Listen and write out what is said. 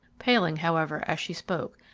paling however as she spoke,